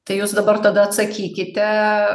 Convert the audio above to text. tai jūs dabar tada atsakykite